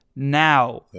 Now